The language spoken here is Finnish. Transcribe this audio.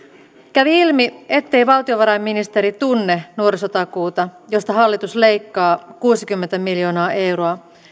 kävi ilmi ettei valtiovarainministeri tunne nuorisotakuuta josta hallitus leikkaa kuusikymmentä miljoonaa euroa